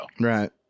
right